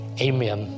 Amen